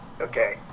okay